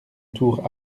tour